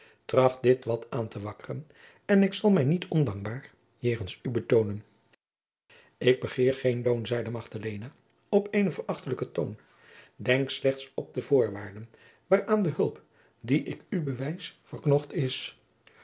tracht dit wat aan te wakkeren en ik zal mij niet ondankbaar jegens u betoonen ik begeer geen loon zeide magdalena op eenen verachtelijken toon denk slechts op de voorwaarden waaraan de hulp die ik u bewijs verknocht is